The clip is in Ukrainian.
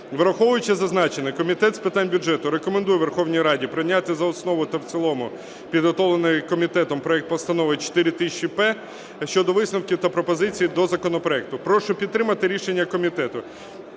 Враховуючи зазначене, Комітет з питань бюджету рекомендує Верховній Раді прийняти за основу та в цілому підготовлений комітетом проект Постанови 4000-П щодо висновків та пропозицій до законопроекту. Прошу підтримати рішення комітету.